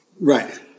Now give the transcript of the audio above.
right